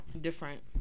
different